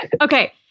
Okay